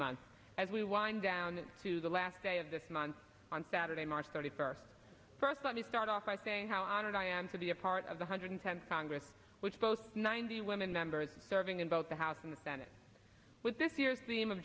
month as we wind down to the last day of this month on saturday march thirty first first let me start off by saying how honored i am to be a part of the hundred tenth congress which both ninety women members serving in both the house and the senate with this year's theme of